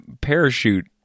parachute